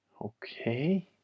okay